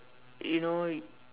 you know